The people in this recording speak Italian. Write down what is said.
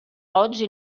oggi